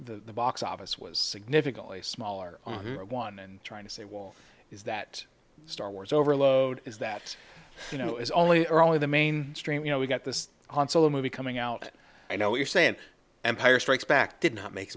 the box office was significantly smaller one and trying to say well is that star wars overload is that you know is only are only the main stream you know we got this on so a movie coming out i know you're saying empire strikes back did not make